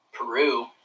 Peru